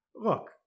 Look